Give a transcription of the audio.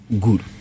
good